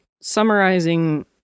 summarizing